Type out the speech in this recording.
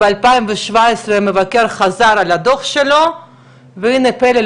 ב-2017 המבקר חזר על הדוח שלו והנה פלא,